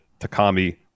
Takami